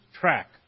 track